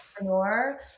entrepreneur